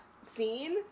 scene